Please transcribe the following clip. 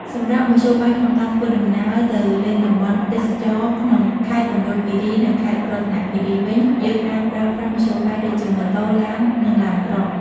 សម្រាប់មធ្យោបាយក្នុងការធ្វើដំណើរទៅលេងតំបន់ទេសចរក្នុងខេត្តមណ្ឌលគិរី និងខេត្តរតនគិរីវិញ យើងអាចប្រើប្រាស់មធ្យោបាយដូចជា ម៉ូតូ ឡាន និងឡានក្រុង។